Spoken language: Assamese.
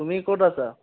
তুমি ক'ত আছা